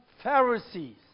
Pharisees